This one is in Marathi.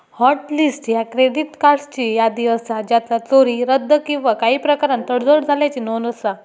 हॉट लिस्ट ह्या क्रेडिट कार्ड्सची यादी असा ज्याचा चोरी, रद्द किंवा काही प्रकारान तडजोड झाल्याची नोंद असा